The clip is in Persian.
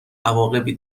عواقبی